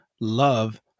love